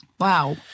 Wow